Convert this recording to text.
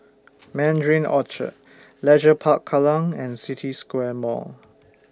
Mandarin Orchard Leisure Park Kallang and City Square Mall